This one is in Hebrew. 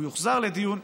הוא יוחזר לדיון.